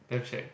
damn shag